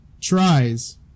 tries